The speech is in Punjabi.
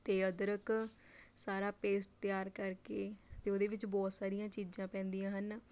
ਅਤੇ ਅਦਰਕ ਸਾਰਾ ਪੇਸਟ ਤਿਆਰ ਕਰ ਕੇ ਅਤੇ ਉਹਦੇ ਵਿੱਚ ਬਹੁਤ ਸਾਰੀਆਂ ਚੀਜ਼ਾਂ ਪੈਂਦੀਆਂ ਹਨ